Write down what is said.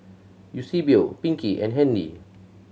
Eusebio Pinkie and Handy